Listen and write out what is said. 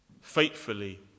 faithfully